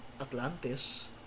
Atlantis